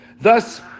Thus